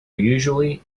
usually